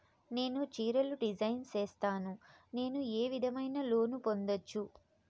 నేను చీరలు డిజైన్ సేస్తాను, నేను ఏ విధమైన లోను పొందొచ్చు